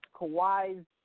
Kawhi's